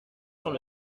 sans